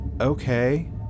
okay